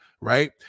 right